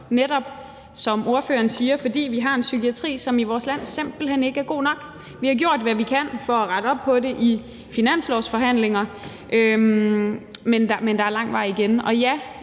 netop også, fordi vi i vores land har en psykiatri, som simpelt hen ikke er god nok. Vi har gjort, hvad vi kan, for at rette op på det i finanslovsforhandlinger, men der er lang vej igen.